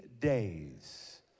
days